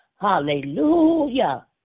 hallelujah